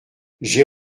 j’ai